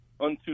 unto